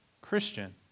Christian